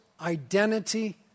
Identity